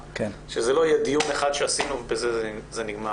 שזה לא יהיה דיון אחד שעשינו ובזה זה נגמר.